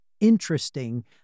interesting